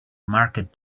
market